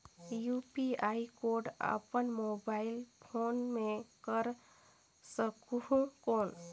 UPI code अपन mobile phone मे कर सकहुं कौन?